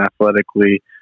athletically